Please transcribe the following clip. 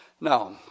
now